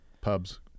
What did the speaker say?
pubs